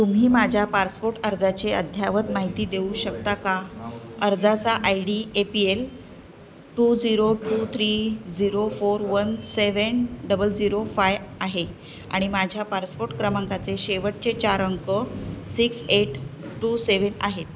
तुम्ही माझ्या पासपोर्ट अर्जाचे अद्ययावत माहिती देऊ शकता का अर्जाचा ID A P L two zero two three zero four one seven double zero five आहे आणि माझ्या पासपोर्ट क्रमांकाचे शेवटचे चार अंक सिक्स एट टू सेव्हन आहेत